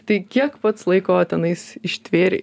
tai kiek pats laiko tenais ištvėrei